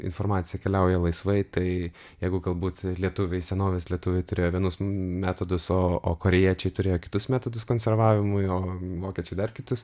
informacija keliauja laisvai tai jeigu galbūt lietuviai senovės lietuviai turėjo vienus metodus o o korėjiečiai turėjo kitus metodus konservavimui o vokiečiai dar kitus